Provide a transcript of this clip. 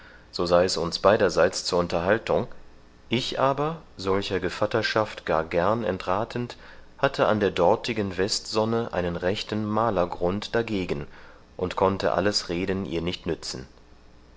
so sei es uns beiderseits zur unterhaltung ich aber solcher gevatterschaft gar gern entrathend hatte an der dortigen westsonne einen rechten malergrund dagegen und konnte alles reden ihr nicht nützen